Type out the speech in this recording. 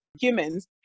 humans